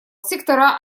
сектора